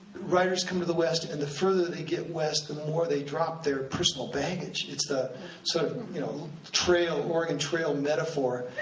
writers come to the west, and the further they get west the more they drop their personal baggage. it's the so you know trail, oregon trail metaphor,